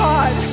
God